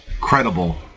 credible